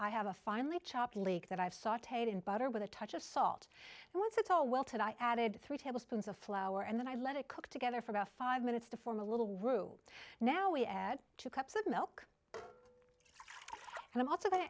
i have a finally chopped leek that i've sauteed in butter with a touch of salt and once it's all welted i added three tablespoons of flour and then i let it cook together for about five minutes to form a little room now we add two cups of milk and i'm also the